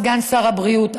סגן שר הבריאות,